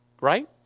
Right